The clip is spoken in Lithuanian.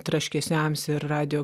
traškesiams ir radijo